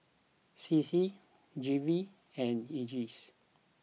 C C G V and E J C